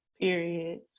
period